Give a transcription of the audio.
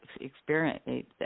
experience